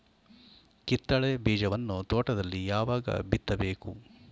ಕಿತ್ತಳೆ ಬೀಜವನ್ನು ತೋಟದಲ್ಲಿ ಯಾವಾಗ ಬಿತ್ತಬೇಕು?